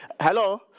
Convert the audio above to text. hello